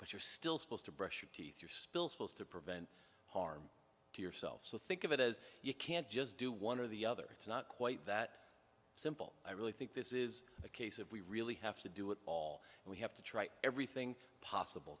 but you're still supposed to brush your teeth you're still supposed to prevent harm to yourself so think of it as you can't just do one or the other it's not quite that simple i really think this is a case of we really have to do it all and we have to try everything possible